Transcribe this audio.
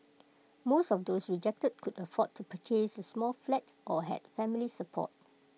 most of those rejected could afford to purchase A small flat or had family support